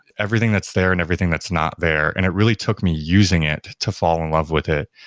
everything that's there and everything that's not there, and it really took me using it to fall in love with it.